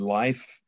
life